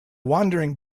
wandering